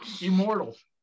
immortals